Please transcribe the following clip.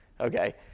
Okay